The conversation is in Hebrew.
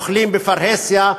אוכלים בפרהסיה,